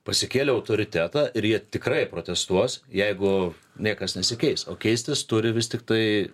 pasikėlė autoritetą ir jie tikrai protestuos jeigu niekas nesikeis o keistis turi vis tiktai